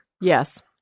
Yes